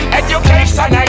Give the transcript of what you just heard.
education